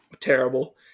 terrible